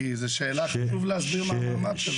זו שאלה שחשוב להסביר מה המעמד שלהם.